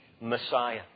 Messiah